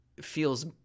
feels